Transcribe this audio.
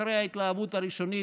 אחרי ההתלהבות הראשונית,